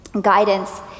guidance